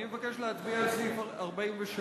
אני מבקש להצביע על הסתייגות 43,